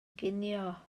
ginio